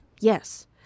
Yes